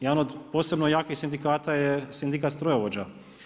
Jedan od posebno jakih sindikata je Sindikat strojovođa.